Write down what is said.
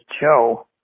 Joe